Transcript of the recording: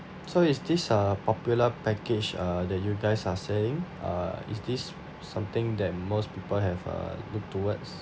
so is this a popular package uh that you guys are saying uh is this something that most people have a look towards